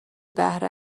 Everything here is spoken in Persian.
بهره